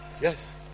yes